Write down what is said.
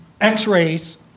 X-rays